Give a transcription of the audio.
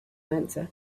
answer